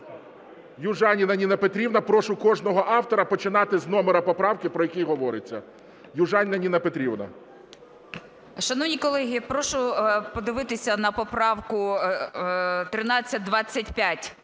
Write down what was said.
Южаніна Ніна Петрівна. Прошу кожного автора починати з номера поправки, про який говориться. Южаніна Ніна Петрівна. 13:00:19 ЮЖАНІНА Н.П. Шановні колеги, прошу подивитися на поправку 1325.